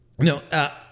No